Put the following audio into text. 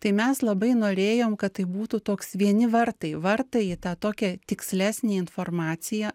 tai mes labai norėjom kad tai būtų toks vieni vartai vartai į tą tokią tikslesnę informaciją